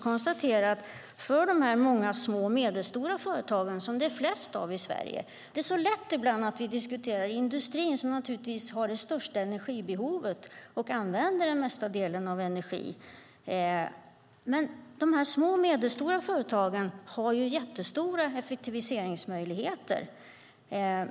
Det är så lätt att vi ibland diskuterar industrin, som naturligtvis har det största energibehovet och använder mest energi, men vi ska också konstatera att de många små och medelstora företagen, som det finns flest av i Sverige, ju har jättestora effektiviseringsmöjligheter.